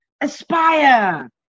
aspire